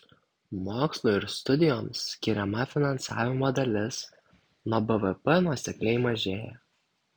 mokslui ir studijoms skiriama finansavimo dalis nuo bvp nuosekliai mažėja